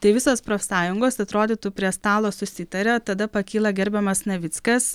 tai visos profsąjungos atrodytų prie stalo susitaria tada pakyla gerbiamas navickas